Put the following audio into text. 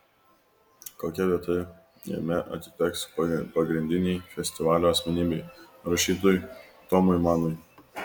kokia vieta jame atiteks pagrindinei festivalio asmenybei rašytojui tomui manui